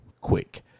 quick